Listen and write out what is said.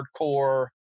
hardcore